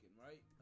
right